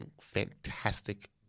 fantastic